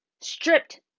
stripped